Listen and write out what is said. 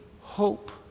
hope